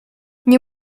nie